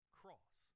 cross